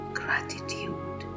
gratitude